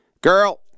Girl